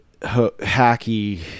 hacky